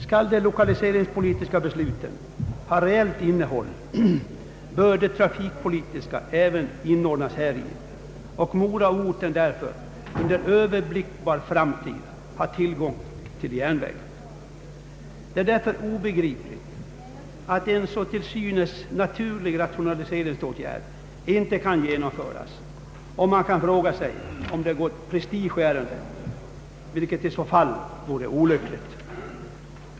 Skall de lokaliseringspolitiska besluten ha reellt innehåll, bör även de trafikpolitiska inordnas häri, och Moraorten därför under överblickbar framtid ha tillgång till järnväg. Det är därför obegripligt att en så till synes naturlig rationaliseringsåtgärd inte kan genomföras, och man kan fråga sig om det har gått prestige i ärendet, vilket i så fall vore olyckligt.